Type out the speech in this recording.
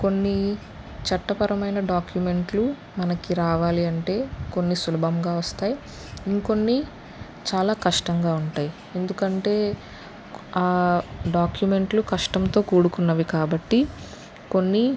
కొన్ని చట్టపరమైన డాక్యుమెంట్లు మనకి రావాలి అంటే కొన్ని సులభంగా వస్తాయ్ ఇంకొన్ని చాలా కష్టంగా ఉంటాయ్ ఎందుకంటే డాక్యుమెంట్లు కష్టంతో కూడుకున్నవి కాబట్టి కొన్ని